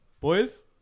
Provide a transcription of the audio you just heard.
Boys